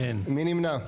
מי נמנע?